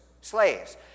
slaves